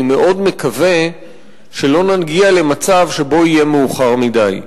אני מאוד מקווה שלא נגיע למצב שבו יהיה מאוחר מדי.